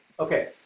okay,